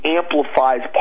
amplifies